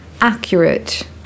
Accurate